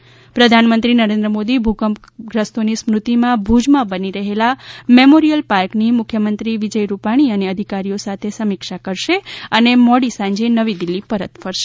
પ્રધાનમંત્રી કચ્છ મુલાકાત પ્રધાનમંત્રી નરેન્દ્ર મોદી ભૂકંપગ્રસ્તોની સ્મૃતિમાં ભુજમાં બની રહેલા મેમોરિયલ પાર્કની મુખ્યમંત્રી વિજય રૂપાણી અને અધિકારીઓ સાથે સમીક્ષા કરશે અને મોડી સાંજે નવી દિલ્હી પરત ફરશે